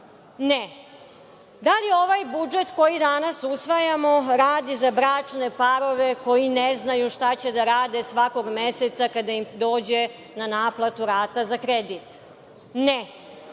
Ne. Da li ovaj budžet koji danas usvajamo radi za bračne parove koji ne znaju šta će da rade svakog meseca kada im dođe na naplatu rata za kredit? Ne.